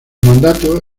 mandato